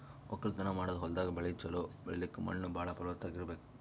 ವಕ್ಕಲತನ್ ಮಾಡದ್ ಹೊಲ್ದಾಗ ಬೆಳಿ ಛಲೋ ಬೆಳಿಲಕ್ಕ್ ಮಣ್ಣ್ ಭಾಳ್ ಫಲವತ್ತಾಗ್ ಇರ್ಬೆಕ್